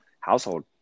household